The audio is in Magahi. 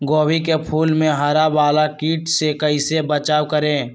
गोभी के फूल मे हरा वाला कीट से कैसे बचाब करें?